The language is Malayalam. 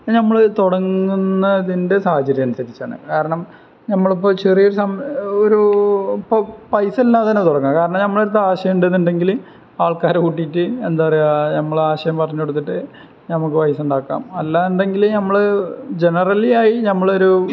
ഇപ്പോള് നമ്മള് തുടങ്ങുന്നതിൻ്റെ സാഹചര്യം അനുസരിച്ചാണ് കാരണം നമ്മളിപ്പോള് ചെറിയയൊരു ഒരു ഇപ്പോള് പൈസ ഇല്ലാതെ തന്നാണു തുടങ്ങുക കാരണം നമ്മളുടെയടുത്ത് ആശയമുണ്ടെന്നുണ്ടെങ്കില് ആൾക്കാരെ കൂട്ടിയിട്ട് എന്താ പറയുക നമ്മളാശയം പറഞ്ഞുകൊടുത്തിട്ട് നമുക്ക് പൈസ ഉണ്ടാക്കാം അല്ലാന്നുണ്ടെങ്കില് നമ്മള് ജനറലിയായി നമ്മളൊരു